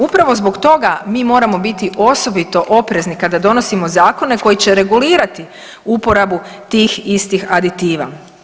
Upravo zbog toga mi moramo biti osobito oprezni kada donosimo zakone koji će regulirati uporabu tih istih aditiva.